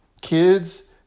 Kids